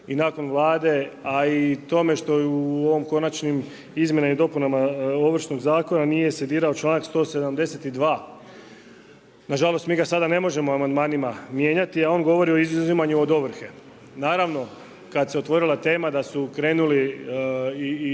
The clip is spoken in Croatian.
i nakon Vlade a i k tome što u ovim Konačnim izmjenama i dopunama Ovršnog zakona nije se dirao članak 172. Nažalost mi ga sada ne možemo amandmanima mijenjati a on govori o izuzimanju od ovrhe. Naravno, kada se otvorila tema da su krenuli i